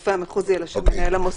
הרופא המחוזי אלא של מנהל המוסד.